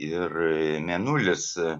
ir mėnulis